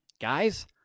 Guys